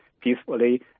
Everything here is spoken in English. peacefully